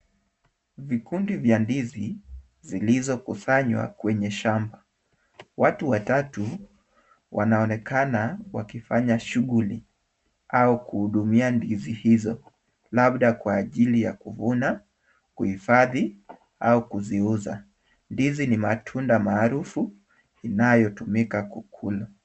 Vikundi vya ndizi zilizokusanywa kwenye shamba. Watu watatu wanaonekana wakifanya shughuli au kuhudumia ndizi hizo, labda kwa ajili ya kuvuna, kuhifadhi, au kuziuza. Ndizi ni matunda maarufu inayotumika kukula.